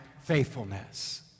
faithfulness